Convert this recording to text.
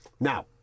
Now